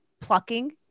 plucking